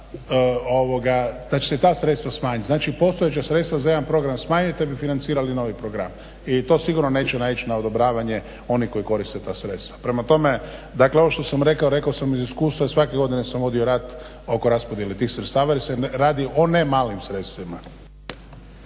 da će se ta sredstva smanjiti. Znači postojeća sredstva za jedan program smanjite da bi financirali novi program. I to sigurno neće naići na odobravanje onih koji koriste ta sredstva. Prema tome, dakle ovo što sam rekao, rekao sam iz iskustva, jer svake godine sam vodio rat oko raspodjele tih sredstava jer se radi o ne malim sredstvima.